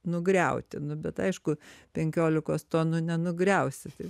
nugriauti nu bet aišku penkiolikos tonų nenugriausi